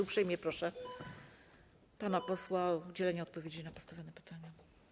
Uprzejmie proszę pana posła o udzielenie odpowiedzi na postawione pytania.